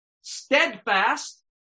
steadfast